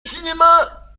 cinema